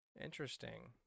Interesting